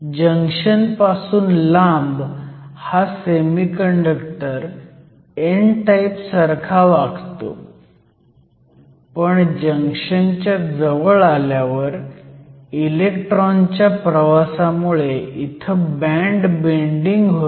junction पासून लांब हा सेमीकंडक्टर n टाईप सारखा वागतो पण जंक्शनच्या जवळ आल्यावर इलेक्ट्रॉनच्या प्रवासामुळे इथे बँड बेंडिंग होतं